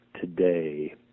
today